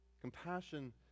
Compassion